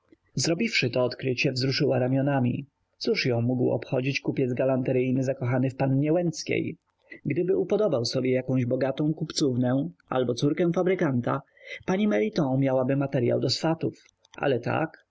zrobiwszy to odkrycie wzruszyła ramionami cóż ją mógł obchodzić kupiec galanteryjny zakochany w pannie łęckiej gdyby upodobał sobie jakąś bogatą kupcównę albo córkę fabrykanta pani meliton miałaby materyał do swatów ale tak